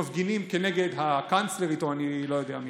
שמפגינים כנגד הקנצלרית או אני לא יודע מי.